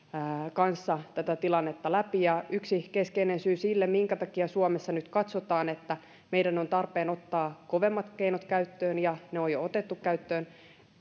kanssa tätä tilannetta läpi viikonlopun aikana yksi keskeinen syy sille minkä takia suomessa nyt katsotaan että meidän on tarpeen ottaa kovemmat keinot käyttöön ja ne on jo otettu käyttöön